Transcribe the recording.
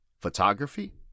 photography